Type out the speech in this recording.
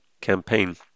campaign